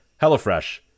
HelloFresh